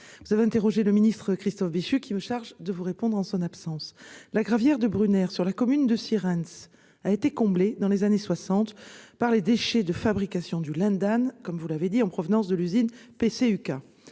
vous avez interrogé le ministre Christophe Béchu, qui me charge de vous répondre en son absence. La gravière de Brunner, située sur la commune de Sierentz, a été comblée dans les années 1960 par les déchets de fabrication du lindane en provenance de l'usine PCUK.